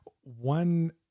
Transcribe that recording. one